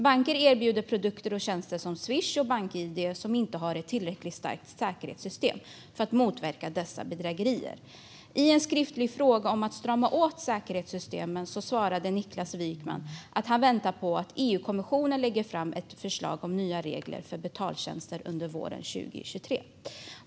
Banker erbjuder produkter och tjänster som Swish och bank-id som inte har ett tillräckligt starkt säkerhetssystem för att motverka dessa bedrägerier. I en skriftlig fråga om att strama åt säkerhetssystemen svarade Niklas Wykman att han väntar på att EU-kommissionen ska lägga fram ett förslag om nya regler för betaltjänster under våren 2023.